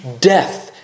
death